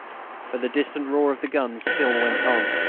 but the distant roar of the guns still went on,